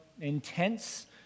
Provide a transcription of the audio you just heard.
intense